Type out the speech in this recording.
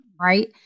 Right